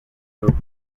look